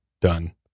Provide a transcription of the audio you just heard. Done